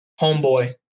Homeboy